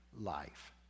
life